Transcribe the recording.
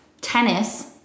tennis